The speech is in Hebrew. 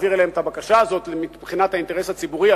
אני מוכן להעביר אליהם את הבקשה הזאת מבחינת האינטרס הציבורי,